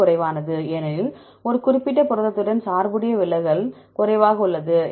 எது குறைவானது ஏனெனில் அந்த குறிப்பிட்ட புரதத்துடன் சார்புடைய விலகல் குறைவாக உள்ளது